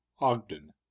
Ogden